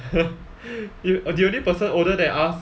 you the only person older than us